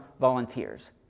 volunteers